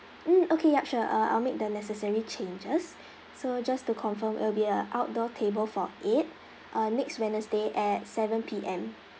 mm okay yup sure uh I'll make the necessary changes so just to confirm it'll be a outdoor table for eight uh next wednesday at seven P_M